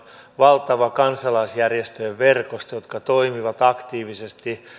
valtava kansalaisjärjestöjen verkosto jotka toimivat aktiivisesti